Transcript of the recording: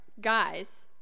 guys